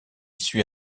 suit